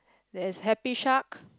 there's happy shark